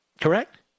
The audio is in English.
Correct